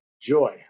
joy